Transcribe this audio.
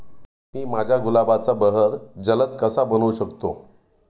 मी माझ्या गुलाबाचा बहर जलद कसा बनवू शकतो?